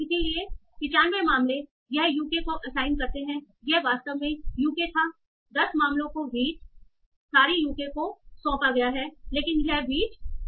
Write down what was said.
इसलिए 95 मामले यह यूके को असाइन करते हैं यह वास्तव में यूके था 10 मामलों को सॉरी यूके को सौंपा गया है लेकिन यह वीट था